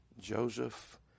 Joseph